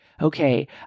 okay